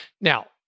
Now